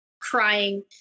crying